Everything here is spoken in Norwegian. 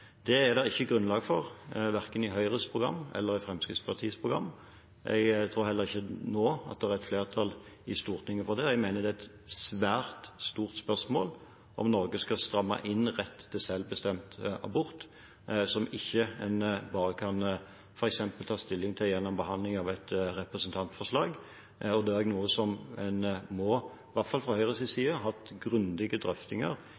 Det er det ikke grunnlag for verken i Høyres program eller i Fremskrittspartiets program, og jeg tror heller ikke at det nå er et flertall i Stortinget for det. Jeg mener det er et svært stort spørsmål om Norge skal stramme inn retten til selvbestemt abort, som en ikke bare kan ta stilling til f.eks. gjennom behandling av et representantforslag. Dette er også noe som en måtte – i hvert fall fra Høyres side – hatt grundige drøftinger